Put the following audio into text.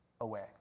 away